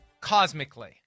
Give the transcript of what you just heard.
cosmically